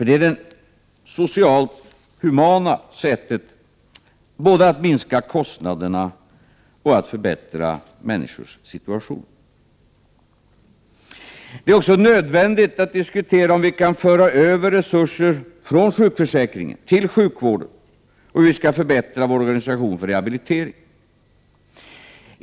Det är det social-humana sättet att både minska kostnaderna och förbättra människors situation. Det är också nödvändigt att diskutera om vi kan föra över resurser från sjukförsäkringen till sjukvården och hur vi skall kunna förbättra vår organisation för rehabilitering.